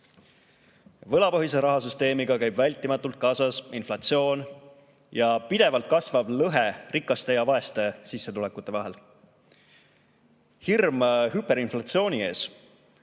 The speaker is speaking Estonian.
rahasüsteemiga käib vältimatult kaasas inflatsioon ja pidevalt kasvav lõhe rikaste ja vaeste sissetulekute vahel. Hirm hüperinflatsiooni ees